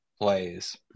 plays